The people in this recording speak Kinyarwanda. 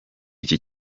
iki